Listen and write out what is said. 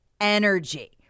energy